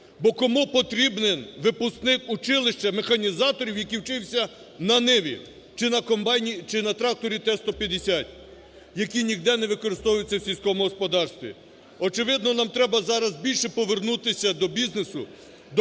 Бо, кому потрібен випускник училища механізаторів, який вчився на "Ниві" чи на комбайні, чи на тракторі "Т-150", які ніде не використовуються в сільському господарстві? Очевидно, нам треба зараз більше повернутися до бізнесу, до